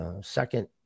second